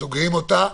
שסוגרים אותה,